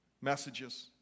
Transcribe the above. messages